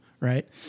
right